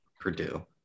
Purdue